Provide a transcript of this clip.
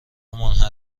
منحل